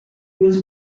was